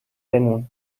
بمون